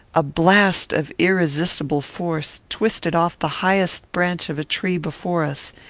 a blast of irresistible force twisted off the highest branch of a tree before us.